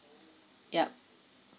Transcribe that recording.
yup